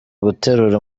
guterura